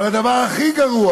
אבל הדבר הכי גרוע